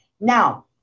Now